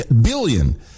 billion